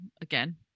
again